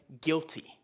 guilty